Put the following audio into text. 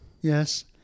Yes